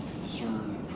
concern